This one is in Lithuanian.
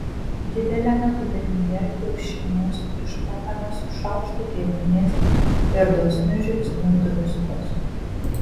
dideliame dubenyje kiaušinius išplakame su šaukštu grietinės ir dosniu žiupsniu druskos